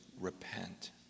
repent